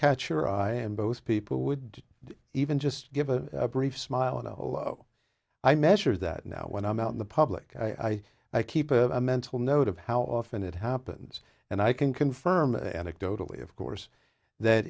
catch your eye and those people would even just give a brief smiling oh i measure that now when i'm out in the public eye i keep a mental note of how often it happens and i can confirm anecdotally of course that